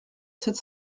sept